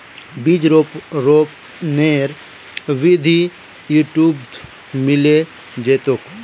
बीज रोपनेर विधि यूट्यूबत मिले जैतोक